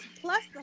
plus